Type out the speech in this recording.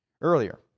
earlier